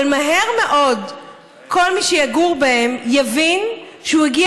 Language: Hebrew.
אבל מהר מאוד כל מי שיגור בהם יבין שהוא הגיע